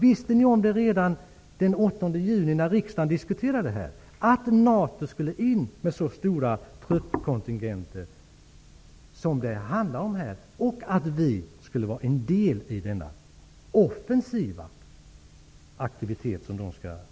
Visste ni om det redan den 8 juni när riksdagen diskuterade det här, att NATO skulle in med så stora truppkontingenter som det handlar om och att svenskar skulle vara en del i den offensiva aktivitet som den skall genomföra?